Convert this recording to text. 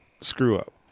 screw-up